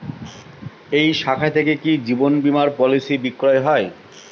এই শাখা থেকে কি জীবন বীমার পলিসি বিক্রয় হয়?